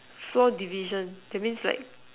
four division that means like